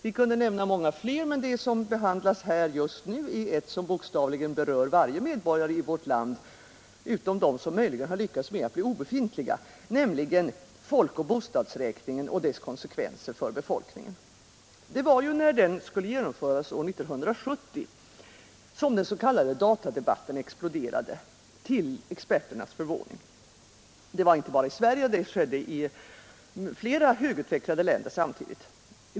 Många fler skulle kunna nämnas, men det som behandlas här just nu är ett som bokstavligen rör varje medborgare i vårt land utom dem som möjligen har lyckats bli obefintliga, nämligen folkoch bostadsräkningen och dess konsekvenser för befolkningen. Det var när den skulle genomföras år 1970 som den s.k. datadebatten exploderade, till experternas förvåning. Det skedde inte bara i Sverige, utan det skedde i flera högutvecklade länder samtidigt.